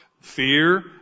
fear